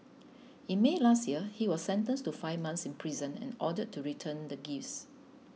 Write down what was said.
in May last year he was sentenced to five months in prison and ordered to return the gifts